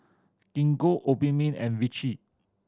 Gingko Obimin and Vichy